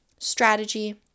strategy